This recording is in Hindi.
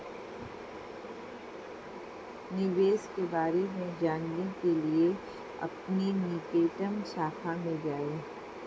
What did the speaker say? निवेश के बारे में जानने के लिए अपनी निकटतम शाखा में जाएं